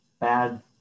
bad